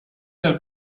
del